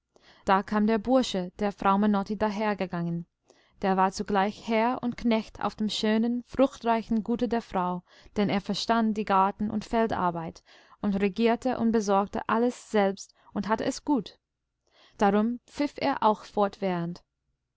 da kam der bursche der frau menotti dahergegangen der war zugleich herr und knecht auf dem schönen fruchtreichen gute der frau denn er verstand die garten und feldarbeit und regierte und besorgte alles selbst und hatte es gut darum pfiff er auch fortwährend